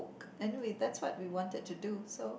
anyway that's what we wanted to do so